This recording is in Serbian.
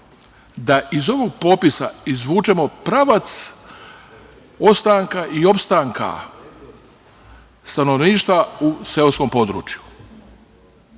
da iz ovog popisa izvučemo pravac ostanka i opstanka stanovništva u seoskom području,